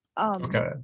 Okay